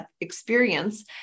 experience